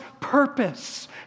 purpose